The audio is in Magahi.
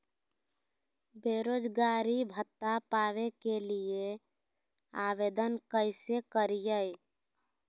बेरोजगारी भत्ता पावे के लिए आवेदन कैसे करियय?